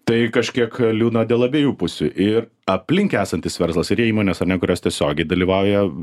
tai kažkiek liūdna dėl abiejų pusių ir aplink esantis verslas ir įmonės ane kurios tiesiogiai dalyvauja